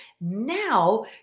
Now